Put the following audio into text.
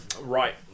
right